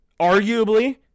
Arguably